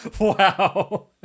wow